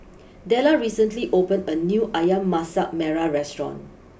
Dellar recently opened a new Ayam Masak Merah restaurant